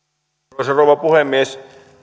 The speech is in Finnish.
arvoisa rouva puhemies